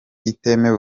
itemewe